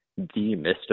demystify